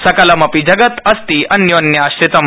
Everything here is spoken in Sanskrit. सकलमपि जगत् अस्ति अन्योन्याश्रितम्